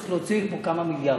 צריך להוציא מפה כמה מיליארדים.